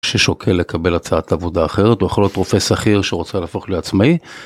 ששוקל לקבל הצעת עבודה אחרת, הוא יכול להיות רופא שכיר שרוצה להפוך לעצמאי.